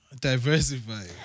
diversify